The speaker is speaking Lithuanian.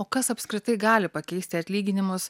o kas apskritai gali pakeisti atlyginimus